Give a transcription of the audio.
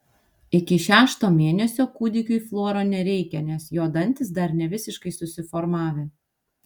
iki šešto mėnesio kūdikiui fluoro nereikia nes jo dantys dar nevisiškai susiformavę